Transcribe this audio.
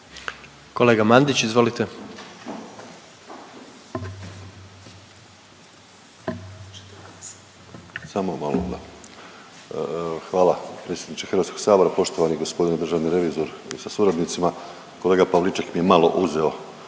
**Mandić, Damir (HDZ)** Samo malo, da. Hvala predsjedniče HS-a, poštovani g. državni revizoru sa suradnicima. Kolega Pavliček mi je malo uzeo